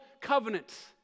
covenants